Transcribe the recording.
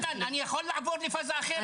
סילמן אני יכול לעבור לפאזה אחרת.